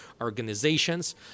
organizations